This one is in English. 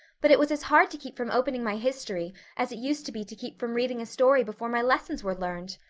but it was as hard to keep from opening my history as it used to be to keep from reading a story before my lessons were learned.